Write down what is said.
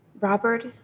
Robert